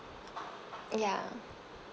ya